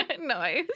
Nice